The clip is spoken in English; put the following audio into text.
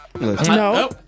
No